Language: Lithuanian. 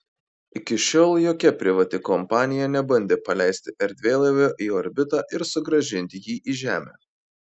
iki šiol jokia privati kompanija nebandė paleisti erdvėlaivio į orbitą ir sugrąžinti jį į žemę